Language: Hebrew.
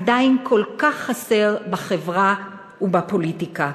עדיין כל כך חסר בחברה ובפוליטיקה,